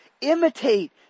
imitate